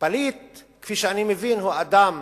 פליט, כפי שאני מבין, הוא אדם